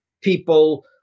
people